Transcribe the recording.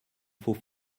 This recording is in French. faut